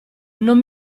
non